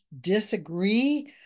disagree